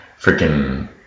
freaking